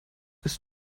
ist